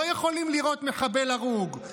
הם לא יכולים לראות מחבל הרוג,